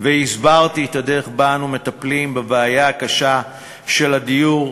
והסברתי את הדרך שבה אנו מטפלים בבעיה הקשה של הדיור,